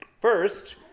First